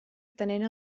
atenent